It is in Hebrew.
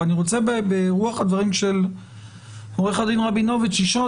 אבל אני רוצה ברוח הדברים של עורך דין רבינוביץ לשאול